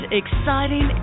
exciting